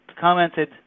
commented